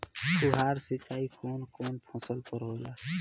फुहार सिंचाई कवन कवन फ़सल पर होला?